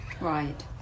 Right